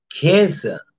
Cancer